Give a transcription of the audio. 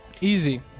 Easy